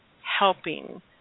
helping